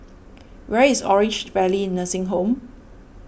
where is Orange Valley Nursing Home